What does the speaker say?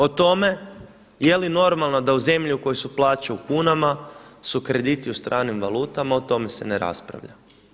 O tome jeli normalno da u zemlji u kojoj su plaće u kunama su krediti u stranim valutama, o tome se ne raspravlja.